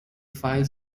files